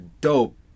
dope